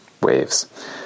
waves